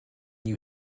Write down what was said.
you